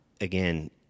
again